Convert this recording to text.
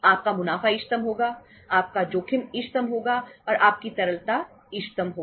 आपका मुनाफा इष्टतम होगा आपका जोखिम इष्टतम होगा और आपकी तरलता इष्टतम होगी